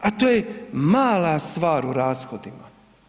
A to je mala stvar u rashodima.